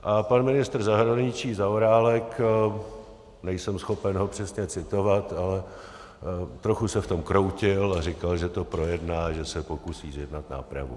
A pan ministr zahraničí Zaorálek nejsem schopen ho přesně citovat, ale trochu se v tom kroutil a říkal, že to projedná, že se pokusí zjednat nápravu.